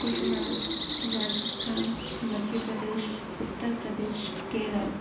Gujarat Rajasthan Madhya Pradesh Uttar Pradesh Kerala